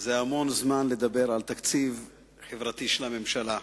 זה המון זמן לדבר על תקציב חברתי של הממשלה.